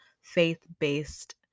faith-based